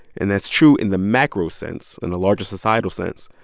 and that's true in the macro sense, in the larger societal sense.